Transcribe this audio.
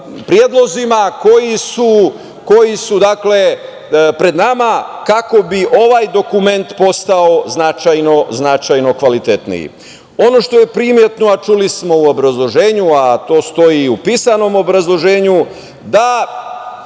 predlozima koji su pred nama, kako bi ovaj dokument postao značajno kvalitetniji. Ono što je primetno, a čuli smo u obrazloženju, a to stoji i u pisanom obrazloženju, da